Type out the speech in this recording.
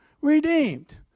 redeemed